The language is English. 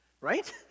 right